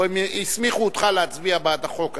או שהם הסמיכו אותך להצביע בעד החוק הזה?